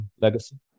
legacy